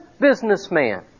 businessman